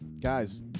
Guys